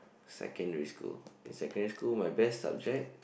secondary school in secondary school my best subject